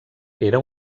era